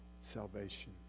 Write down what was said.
salvation